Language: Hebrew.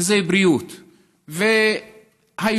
זו היא